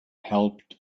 helped